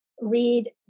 read